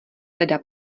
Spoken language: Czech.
teda